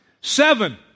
seven